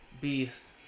Beast